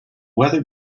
weather